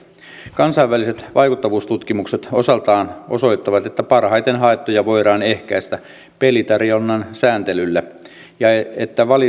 kansainväliset vaikuttavuustutkimukset osaltaan osoittavat että parhaiten haittoja voidaan ehkäistä pelitarjonnan sääntelyllä ja että